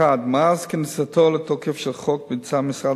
1. מאז כניסתו לתוקף של החוק ביצע משרד